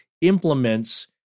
implements